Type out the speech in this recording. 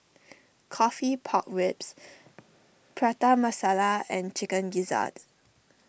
Coffee Pork Ribs Prata Masala and Chicken Gizzard